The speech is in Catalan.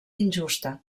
injusta